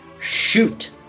shoot